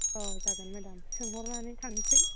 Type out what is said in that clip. औ जागोन मेडाम सोंहरनानै थांसै